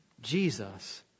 Jesus